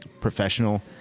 professional